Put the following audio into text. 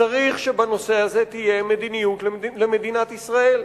צריך שבנושא הזה תהיה מדיניות למדינת ישראל.